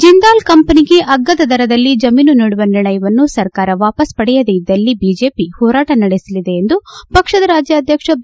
ಜಿಂದಾಲ್ ಕಂಪನಿಗೆ ಅಗ್ಗದ ದರದಲ್ಲಿ ಜಮೀನು ನೀಡುವ ನಿರ್ಣಯವನ್ನು ಸರ್ಕಾರ ವಾಪಾಸ್ ಪಡೆಯದೇ ಇದ್ದಲ್ಲಿ ಬಿಜೆಪಿ ಹೋರಾಟ ನಡೆಸಲಿದೆ ಎಂದು ಪಕ್ಷದ ರಾಜ್ಯಾಧ್ಯಕ್ಷ ಬಿ